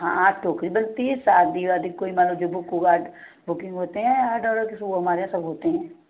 हाँ टोकरी बनती है शादी वादी कोई बुक होता बुकिंग होते हैं आडर होते सब हमारे यहाँ सब होते हैं